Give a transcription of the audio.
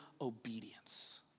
obedience